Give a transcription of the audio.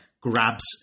grabs